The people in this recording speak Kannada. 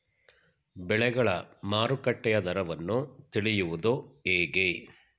ಬೆಳೆಗಳ ಮಾರುಕಟ್ಟೆಯ ದರವನ್ನು ತಿಳಿಯುವುದು ಹೇಗೆ?